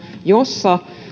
jossa